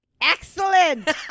Excellent